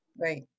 Right